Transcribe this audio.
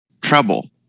trouble